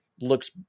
looks